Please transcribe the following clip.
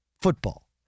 football